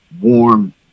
warm